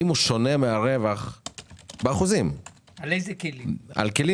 האם הוא שונה באחוזים מהרווח בכלים